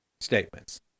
statements